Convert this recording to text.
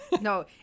No